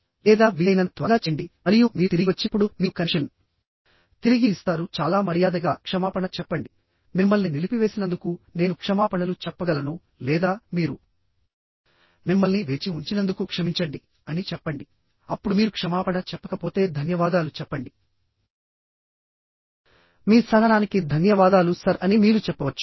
లేదా వీలైనంత త్వరగా చేయండి మరియు మీరు తిరిగి వచ్చినప్పుడు మీరు కనెక్షన్ తిరిగి ఇస్తారు చాలా మర్యాదగా క్షమాపణ చెప్పండి మిమ్మల్ని నిలిపివేసినందుకు నేను క్షమాపణలు చెప్పగలను లేదా మీరు మిమ్మల్ని వేచి ఉంచినందుకు క్షమించండి అని చెప్పండిఅప్పుడు మీరు క్షమాపణ చెప్పకపోతే ధన్యవాదాలు చెప్పండి మీ సహనానికి ధన్యవాదాలు సర్ అని మీరు చెప్పవచ్చు